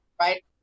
right